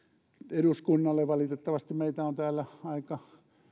eduskunnalle valitettavasti meitä on täällä